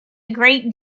great